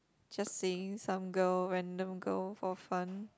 just saying some girl random girl for fun